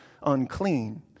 unclean